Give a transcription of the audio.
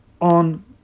On